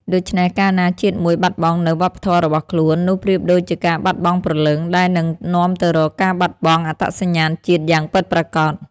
ដូច្នេះ កាលណាជាតិមួយបាត់បង់នូវវប្បធម៌របស់ខ្លួន នោះប្រៀបដូចជាការបាត់បង់ព្រលឹង ដែលនឹងនាំទៅរកការបាត់បង់អត្តសញ្ញាណជាតិយ៉ាងពិតប្រាកដ។